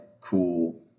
cool